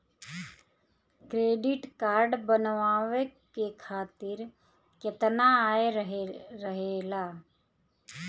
Credit card बनवाए के खातिर केतना आय रहेला?